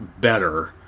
better